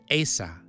Asa